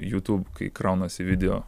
jūtub kai kraunasi video